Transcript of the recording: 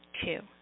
Two